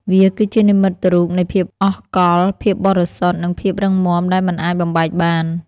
វាគឺជានិមិត្តរូបនៃភាពអស់កល្ប ភាពបរិសុទ្ធ និងភាពរឹងមាំដែលមិនអាចបំបែកបាន។